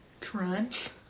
Crunch